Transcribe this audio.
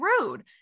rude